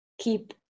keep